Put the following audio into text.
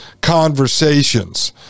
conversations